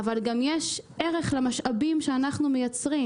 אבל גם יש ערך למשאבים שאנחנו מייצרים,